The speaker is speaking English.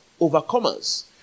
Overcomers